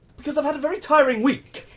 because i've had a very tiring week.